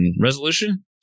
resolution